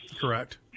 correct